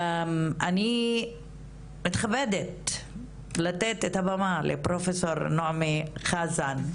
אני מתכבדת לתת את הבמה לפרופסור נעמי חזן,